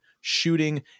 shooting